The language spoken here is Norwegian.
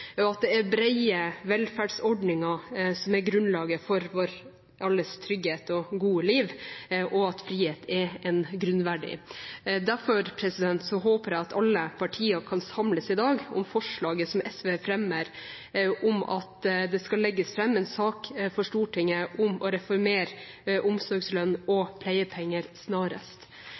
fellesskap, at det er brede velferdsordninger som er grunnlaget for alles trygghet og gode liv, og at frihet er en grunnverdi. Derfor håper jeg at alle partier kan samles i dag om forslaget som SV fremmer om at det skal legges fram en sak for Stortinget om å reformere omsorgslønn og pleiepenger snarest.